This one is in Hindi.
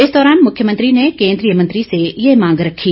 इस दौरान मुख्यमंत्री ने केन्द्रीय मंत्री से ये मांग रखी